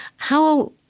how,